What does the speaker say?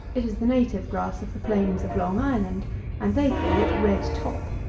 it is the native grass of the plains of long island and they call it red top.